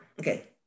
Okay